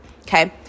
okay